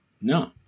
No